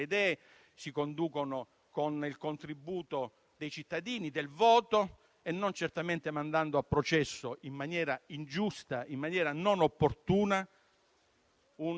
è che c'è fondato motivo di ritenere che non soltanto l'autorizzazione a procedere che viene richiesta, se concessa, sarebbe inopportuna e non coperta dalle garanzie costituzionali,